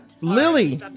lily